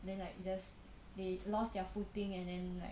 then like just they lost their footing and then like